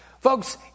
Folks